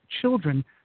children